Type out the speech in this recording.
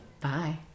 Bye